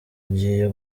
agiye